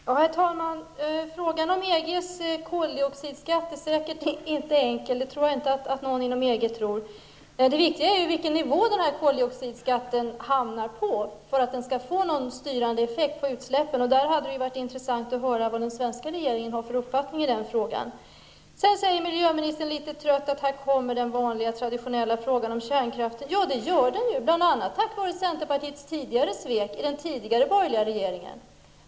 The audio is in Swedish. Herr talman! Frågan om koldioxidskatten inom EG-området är säkert inte enkel att lösa. Det tror jag inte att någon inom EG anser. Det viktiga är vilken nivå koldioxidskatten hamnar på för att den skall få någon styrande effekt på utsläppen. Det hade varit intressant att höra vad den svenska regeringen har för uppfattning i den frågan. Miljöministern sade litet trött att här kommer den vanliga, traditionella frågan om kärnkraften. Det gör den ju, bl.a. tack vare centerpartiets tidigare svek i den förra borgerliga regeringen.